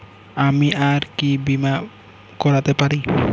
আমি আর কি বীমা করাতে পারি?